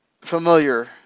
familiar